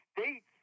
States